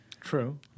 True